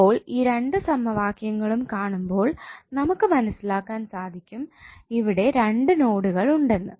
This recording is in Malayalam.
ഇപ്പോൾ ഈ രണ്ട് സമവാക്യങ്ങളും കാണുമ്പോൾ നമുക്ക് മനസ്സിലാക്കാൻ സാധിക്കും ഇവിടെ രണ്ട് നോഡുകൾ ഉണ്ടെന്ന്